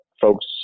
folks